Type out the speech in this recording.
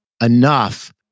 enough